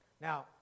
Now